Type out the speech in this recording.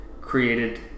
created